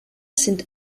sind